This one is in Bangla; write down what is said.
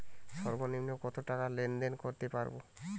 সর্বনিম্ন কত টাকা লেনদেন করতে পারবো?